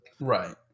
Right